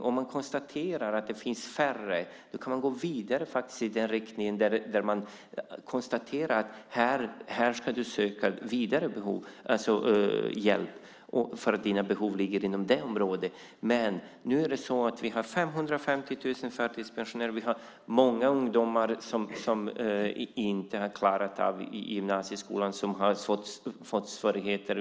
Om man konstaterar att det finns färre kan man gå vidare i den riktning där man kan söka vidare hjälp eftersom behoven ligger inom det området. Nu har vi 550 000 förtidspensionärer och många ungdomar som inte har klarat av gymnasieskolan som har fått svårigheter.